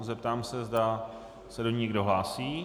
Zeptám se, zda se do ní někdo hlásí.